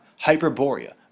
Hyperborea